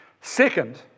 Second